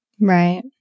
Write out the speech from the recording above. Right